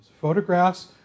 Photographs